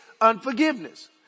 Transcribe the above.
unforgiveness